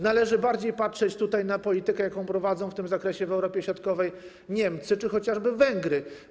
Należy bardziej patrzeć tutaj na politykę, jaką prowadzą w tym zakresie w Europie Środkowej Niemcy czy chociażby Węgry.